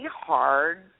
hard